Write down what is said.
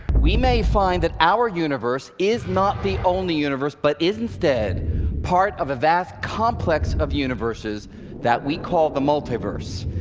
we may find that our universe is not the only universe, but is instead part of a vast complex of universes that we call the multiverse.